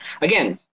Again